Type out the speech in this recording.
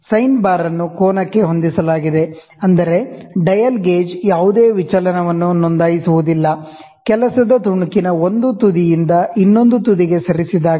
sign bar ಅನ್ನು ಕೋನಕ್ಕೆ ಹೊಂದಿಸಲಾಗಿದೆ ಅಂದರೆ ಡಯಲ್ ಗೇಜ್ ಯಾವುದೇ ವಿಚಲನವನ್ನು ನೋಂದಾಯಿಸುವುದಿಲ್ಲ ವರ್ಕ್ ಪೀಸ್ ನ ಒಂದು ತುದಿಯಿಂದ ಇನ್ನೊಂದು ತುದಿಗೆ ಸರಿಸಿದಾಗ